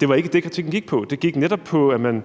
Det var ikke det, kritikken gik på. Det gik netop på, at man